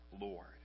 Lord